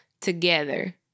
Together